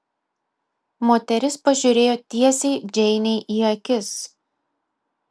moteris pažiūrėjo tiesiai džeinei į akis